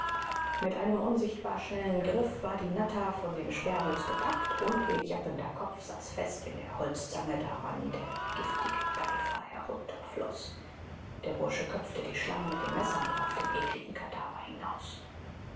mit einem unsichtbar schnellen griff war die natter von dem sperrholz gepackt und ihr jappender kopf saß fest in der holzzange daran der giftige geifer herunterfloß der bursche köpfte die schlange mit dem messer und warf den eklen kadaver hinaus